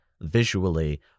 visually